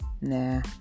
Nah